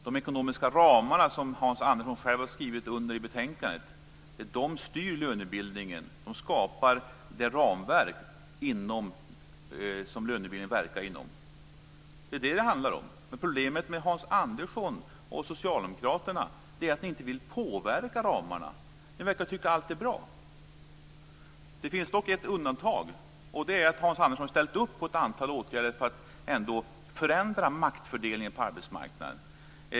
De ekonomiska ramarna, som Hans Andersson själv har skrivit under på i betänkandet, styr lönebildningen. De skapar det ramverk som lönebildningen verkar inom. Det är det som det handlar om. Problemet med Hans Andersson och vänsterpartisterna är att de inte vill påverka ramarna. Ni verkar tycka att allt är bra. Det finns dock ett undantag. Det är att Hans Andersson har ställt upp på ett antal åtgärder för att ändå förändra maktfördelningen på arbetsmarknaden.